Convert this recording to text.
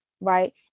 right